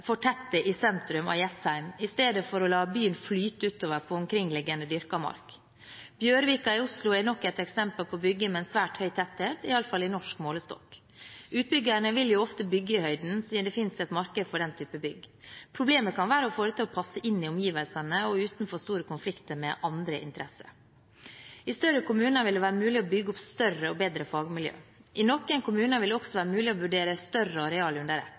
i sentrum av Jessheim istedenfor å la byen flyte utover på omkringliggende dyrket mark. Bjørvika i Oslo er nok et eksempel på å bygge med en svært høy tetthet, iallfall i norsk målestokk. Utbyggerne vil jo ofte bygge i høyden siden det finnes et marked for den type bygg. Problemet kan være å få det til å passe inn i omgivelsene og uten for store konflikter med andre interesser. I større kommuner vil det være mulig å bygge opp større og bedre fagmiljø. I noen kommuner vil det også være mulig å vurdere større